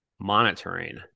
Monitoring